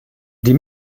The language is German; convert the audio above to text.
die